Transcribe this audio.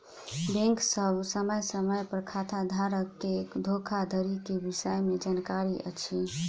bank सभ समय समय पर खाताधारक के धोखाधड़ी के विषय में जानकारी अछि